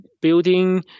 building